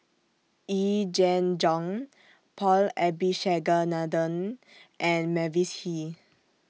Yee Jenn Jong Paul Abisheganaden and Mavis Hee